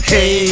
Hey